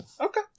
Okay